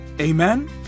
Amen